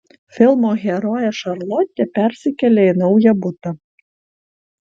filmo herojė šarlotė persikelia į naują butą